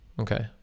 Okay